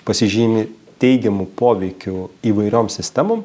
pasižymi teigiamu poveikiu įvairiom sistemom